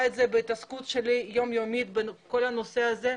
בזה בהתעסקות היום יומית שלי בכל הנושא הזה,